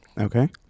Okay